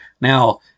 Now